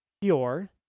pure